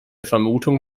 vermutung